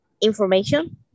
information